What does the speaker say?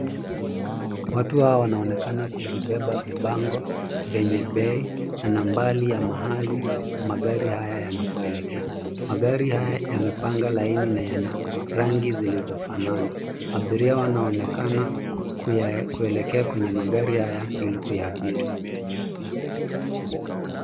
Watu hawa wanaonekana kuvibeba vibango vyenye bei na nambari ya mahali magari haya yanapoelekea. Magari haya yanapanga laini na yana rangi zilizofanana. Abiria wanaonekana kuelekea kwenye magari haya ili kuyaabiri.